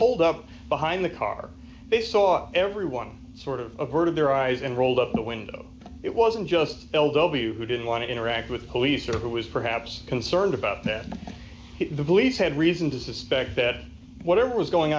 pulled up behind the car they saw everyone sort of their eyes and rolled up the window it wasn't just l w who didn't want to interact with police or who was perhaps concerned about them the police had reason to suspect that whatever was going